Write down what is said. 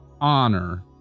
honor